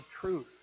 truth